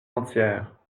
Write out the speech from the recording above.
entière